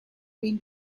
been